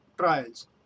trials